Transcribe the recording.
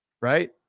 Right